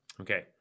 Okay